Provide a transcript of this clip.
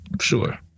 Sure